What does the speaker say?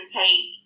take